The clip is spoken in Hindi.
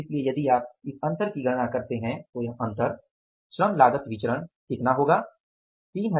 इसलिए यदि आप इस अंतर की गणना करते हैं तो यह अंतर श्रम लागत विचरण कितना होता है